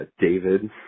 David